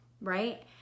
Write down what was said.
right